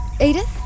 Edith